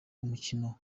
umukino